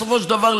בסופו של דבר,